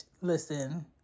listen